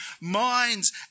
minds